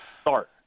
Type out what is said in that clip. start